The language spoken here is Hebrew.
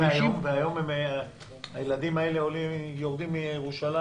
היום הילדים האלה עדיין נוסעים מירושלים?